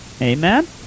Amen